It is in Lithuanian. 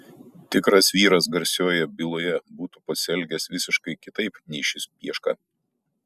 tikras vyras garsiojoje byloje būtų pasielgęs visiškai kitaip nei šis pieška